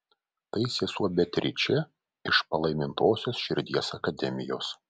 tai sesuo beatričė iš palaimintosios širdies akademijos